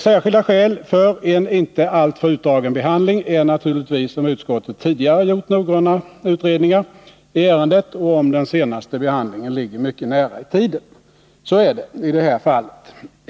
Särskilda skäl för en icke alltför utdragen behandling är naturligtvis om utskottet tidigare gjort noggranna utredningar i ärendet och om den senaste behandlingen ligger mycket nära i tiden. Så är det i det här fallet.